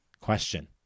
question